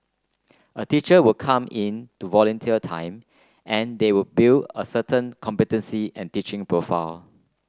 a teacher would come in to volunteer time and they will build a certain competency and teaching profile